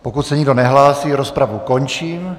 Pokud se nikdo nehlásí, rozpravu končím.